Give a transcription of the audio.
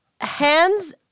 Hands